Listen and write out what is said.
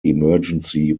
emergency